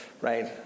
right